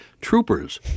troopers